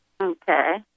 okay